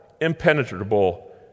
impenetrable